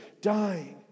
dying